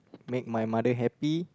make my mother happy